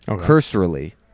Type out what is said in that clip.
cursorily